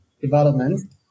development